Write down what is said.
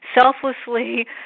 selflessly